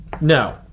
No